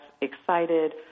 excited